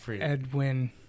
Edwin